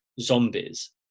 zombies